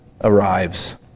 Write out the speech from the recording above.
arrives